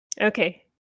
Okay